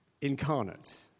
incarnate